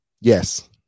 yes